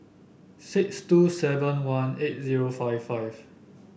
six two seven one eight zero five five